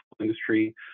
industry